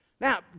Now